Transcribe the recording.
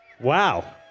Wow